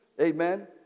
Amen